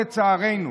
לצערנו,